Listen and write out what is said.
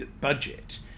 budget